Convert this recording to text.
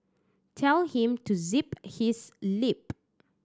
tell him to zip his lip